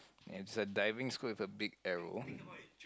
it's a diving school with a big arrow